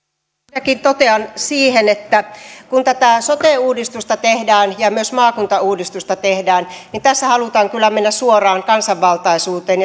ensinnäkin totean että kun tätä sote uudistusta tehdään ja myös maakuntauudistusta tehdään niin tässä halutaan kyllä mennä suoraan kansanvaltaisuuteen